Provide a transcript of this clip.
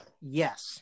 Yes